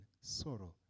sorrow